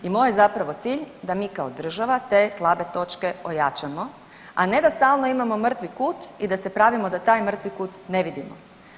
I moj je zapravo cilj da mi kao država te slabe točke ojačamo, a ne da stalno imamo mrtvi kut i da se pravimo da taj mrtvi kut ne vidimo.